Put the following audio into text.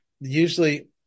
usually